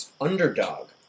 underdog